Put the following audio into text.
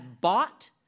bought